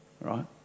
right